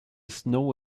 snow